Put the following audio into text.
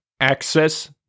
Access